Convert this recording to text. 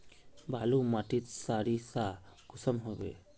बालू माटित सारीसा कुंसम होबे?